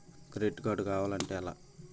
Credit card కావాలి అంటే ఎలా?